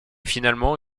finalement